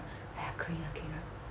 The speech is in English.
!aiya! 可以可以 lah